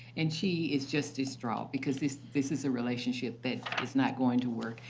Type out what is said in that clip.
and she is just distraught because this this is a relationship that is not going to work.